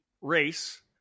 race